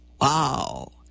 Wow